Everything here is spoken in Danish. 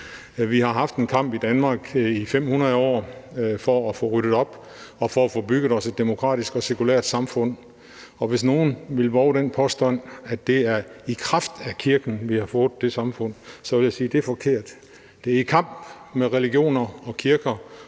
Vi har haft en kamp i Danmark i 500 år for at få ryddet op og for at få bygget os et demokratisk og cirkulært samfund, og hvis nogen vil vove den påstand, at det er i kraft af kirken, vi har fået det samfund, vil jeg sige, at det er forkert. Det er i kamp med religioner og kirker